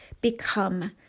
become